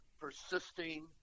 persisting